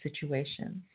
situations